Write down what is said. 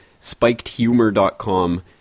SpikedHumor.com